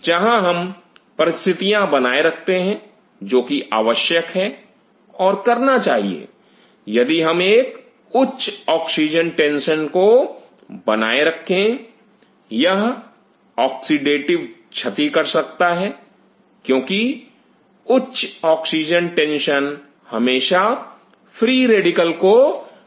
जहां हम परिस्थितियां बनाए रखते हैं जो कि आवश्यक हैं और करना चाहिए यदि हम एक उच्च ऑक्सीजन टेंशन को बनाए रखें यह ऑक्सीडेटिव क्षति कर सकता है क्योंकि उच्च ऑक्सीजन टेंशन हमेशा फ्री रेडिकल को बनाती हैं